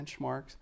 benchmarks